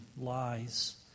lies